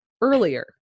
earlier